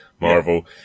Marvel